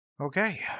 Okay